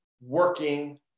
working